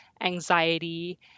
anxiety